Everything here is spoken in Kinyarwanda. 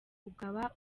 ukaba